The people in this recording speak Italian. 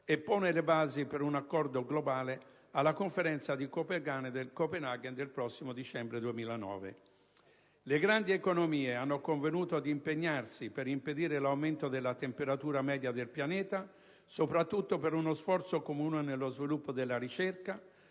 e pone le basi per un accordo globale alla Conferenza di Copenaghen del prossimo dicembre 2009. Le grandi economie hanno convenuto di impegnarsi per impedire l'aumento della temperatura media del pianeta soprattutto per uno sforzo comune nello sviluppo della ricerca,